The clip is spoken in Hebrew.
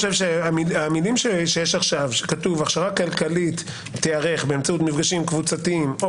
המילים שיש עכשיו שכתוב הכשרה כלכלית תיערך באמצעות מפגשים קבוצתיים או